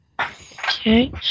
Okay